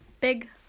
big